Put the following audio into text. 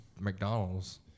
McDonald's